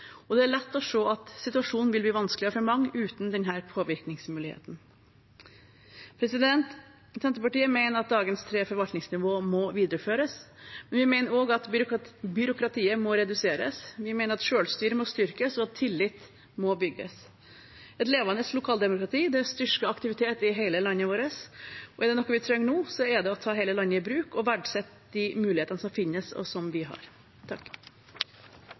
og det er lett å se at situasjonen vil bli vanskeligere for mange uten denne påvirkningsmuligheten. Senterpartiet mener at dagens tre forvaltningsnivåer må videreføres. Men vi mener også at byråkratiet må reduseres. Vi mener at selvstyret må styrkes, og at tillit må bygges. Et levende lokaldemokrati styrker aktivitet i hele landet vårt, og er det noe vi trenger nå, er det å ta hele landet i bruk og verdsette de mulighetene som finnes, og som vi har.